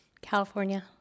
California